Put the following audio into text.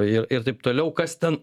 ir ir taip toliau kas ten